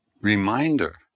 reminder